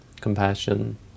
compassion